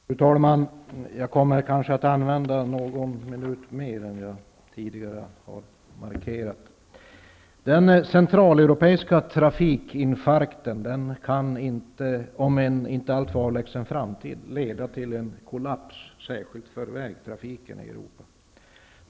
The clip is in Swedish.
Fru talman! Jag kommer kanske att använda någon minut mer än jag har anmält. Den centraleuropeiska trafikinfarkten kan inom en inte alltför avlägsen framtid leda till en kollaps för transportsystemet i Europa.